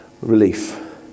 relief